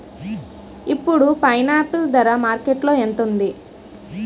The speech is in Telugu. ఇప్పుడు పైనాపిల్ ధర మార్కెట్లో ఎంత ఉంది?